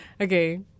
Okay